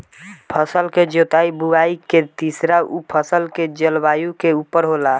फसल के जोताई बुआई के तरीका उ फसल के जलवायु के उपर होला